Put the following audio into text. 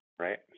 Right